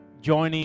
joining